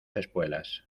espuelas